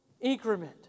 increment